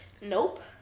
Nope